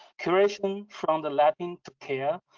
curation, from the latin, to care,